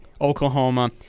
Oklahoma